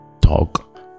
talk